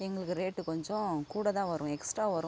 எங்களுக்கு ரேட்டு கொஞ்சம் கூட தான் வரும் எக்ஸ்டா வரும்